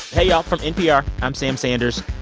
hey, y'all. from npr, i'm sam sanders.